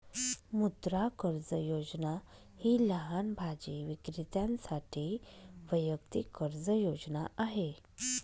मुद्रा कर्ज योजना ही लहान भाजी विक्रेत्यांसाठी वैयक्तिक कर्ज योजना आहे